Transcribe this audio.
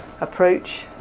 approach